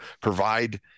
provide